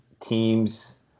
teams